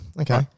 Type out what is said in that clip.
Okay